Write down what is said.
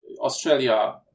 Australia